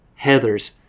Heathers